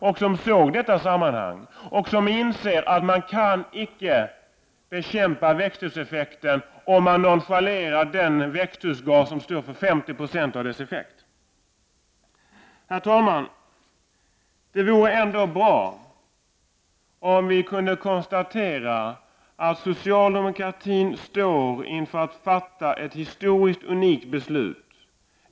Det såg alltså detta samband, och de inser även att man icke kan bekämpa växthuseffekten om man nonchalerar den växthusgas som står för 50 26 av den här effekten. Herr talman! Det vore bra om vi kunde konstatera att socialdemokratin står inför ett historiskt unikt beslut.